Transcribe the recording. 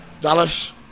Dallas